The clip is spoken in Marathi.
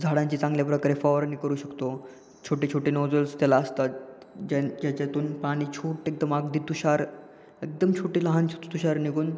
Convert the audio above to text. झाडांचे चांगल्या प्रकारे फवारणी करू शकतो छोटे छोटे नोजल्स त्याला असतात ज्यां ज्याच्यातून पाणी छोटे एकदम अगदी तुषार एकदम छोटे लहानसे तु तुषार निघून